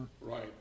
Right